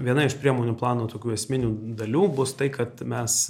viena iš priemonių plano tokių esminių dalių bus tai kad mes